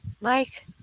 Mike